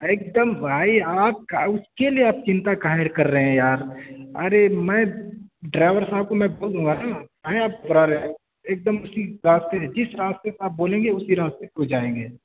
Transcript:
ایک دم بھائی آپ کا اس کے لیے آپ چنتا کاہے کر رہے ہیں یار ارے میں ڈرائیور صاحب کو میں بول دوں گا نا کاہے گھبرا رہے ہیں ایک دم اسی راستے جس راستے پہ آپ بولیں گے اسی راستے سے وہ جائیں گے